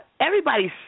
everybody's